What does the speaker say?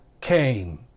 came